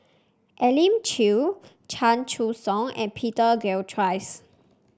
Elim Chew Chan Choy Siong and Peter Gilchrist